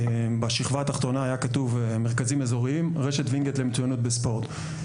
בשכבה התחתונה היה כתוב מרכזים אזוריים רשת וינגייט למצויינות בספורט.